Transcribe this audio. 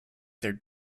their